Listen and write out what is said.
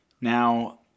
Now